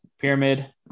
pyramid